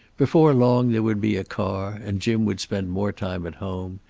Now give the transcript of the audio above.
before long there would be a car, and jim would spend more time at home.